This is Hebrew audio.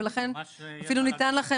ולכן אפילו ניתן לכם